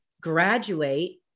graduate